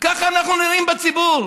וכך אנחנו נראים בציבור.